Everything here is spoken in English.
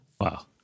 Wow